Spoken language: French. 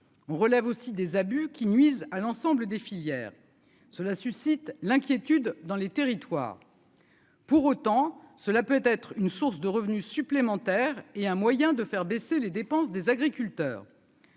on relève aussi des abus qui nuisent à l'ensemble des filières, cela suscite l'inquiétude dans les territoires, pour autant, cela peut être une source de revenus supplémentaires et un moyen de faire baisser les dépenses des agriculteurs.